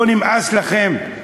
לא נמאס לכם?